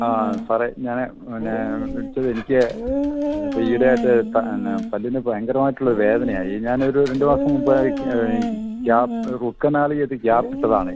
ആണ് സാറേ ഞാൻ പിന്നെ വിളിച്ചത് എനിക്ക് അത് ഈയിടെയായിട്ട് എന്നാ പല്ലിന് ഭയങ്കരമായിട്ടുള്ള വേദനയായി ഞാനൊരു രണ്ട് മാസം മുമ്പ് ക്യാപ്പ് റൂട്ട് കനാല് ചെയ്ത് ക്യാപ്പിട്ടതാണ്